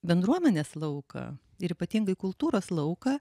bendruomenės lauką ir ypatingai kultūros lauką